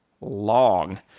long